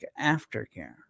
aftercare